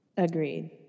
agreed